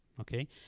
okay